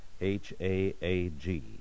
H-A-A-G